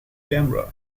camera